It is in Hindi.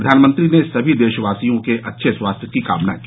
प्रधानमंत्री ने सभी देशवासियों के स्वास्थ्य की कामना की